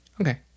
Okay